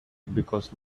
because